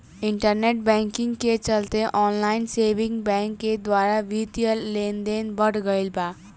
internet banking के चलते online saving bank के द्वारा बित्तीय लेनदेन बढ़ गईल बा